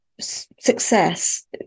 success